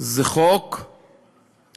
זה חוק שחי,